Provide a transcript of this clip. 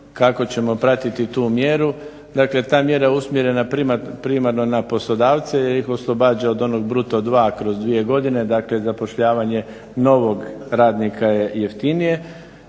kako ćemo pratiti tu mjeru. Dakle, ta mjera je usmjerena primarno na poslodavce jer ih oslobađa od onog bruto 2 kroz dvije godine, dakle zapošljavanje novog radnika je jeftinije.